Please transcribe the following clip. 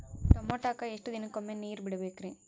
ಟಮೋಟಾಕ ಎಷ್ಟು ದಿನಕ್ಕೊಮ್ಮೆ ನೇರ ಬಿಡಬೇಕ್ರೇ?